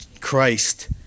Christ